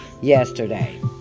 yesterday